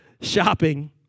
Shopping